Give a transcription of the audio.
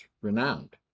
renowned